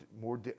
more